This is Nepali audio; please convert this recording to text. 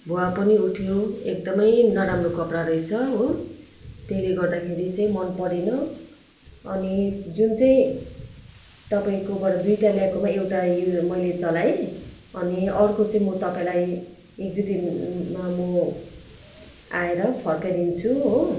भुवा पनि उठ्यो एकदमै नराम्रो कपडा रहेछ हो त्यसले गर्दाखेरि चाहिँ मन परेन अनि जुन चाहिँ तपाईँकोबाट दुईवटा ल्याएकोमा एउटा यो मैले चलाएँ अनि अर्को चाहिँ म तपाईँलाई एक दुईदिनमा म आएर फर्काइदिन्छु हो